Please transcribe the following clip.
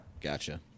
Gotcha